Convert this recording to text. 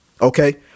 okay